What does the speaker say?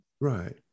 Right